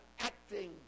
acting